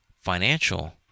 financial